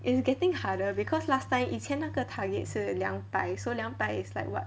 it's getting harder because last time 以前那个 target 是两百 so 两百 is like what